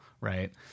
right